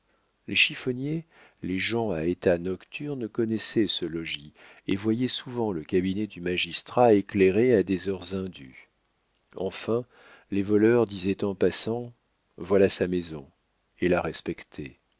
les chiffonniers les gens à état nocturne connaissaient ce logis et voyaient souvent le cabinet du magistrat éclairé à des heures indues enfin les voleurs disaient en passant voilà sa maison et la respectaient